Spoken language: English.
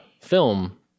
film